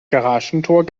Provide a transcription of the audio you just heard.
garagentor